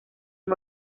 han